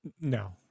no